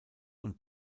und